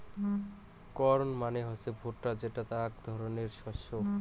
corn মানে হসে ভুট্টা যেটা আক ধরণকার শস্য